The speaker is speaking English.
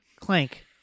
Clank